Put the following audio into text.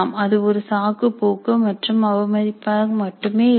அது ஒரு சாக்கு போக்கு மற்றும் அவமதிப்பாக மட்டுமே இருக்கும்